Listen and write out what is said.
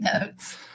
notes